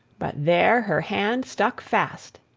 but there her hand stuck fast!